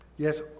Yes